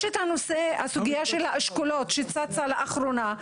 יש הסוגיה של האשכולות שצצה לאחרונה,